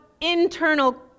internal